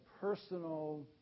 personal